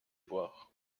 voir